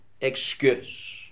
excuse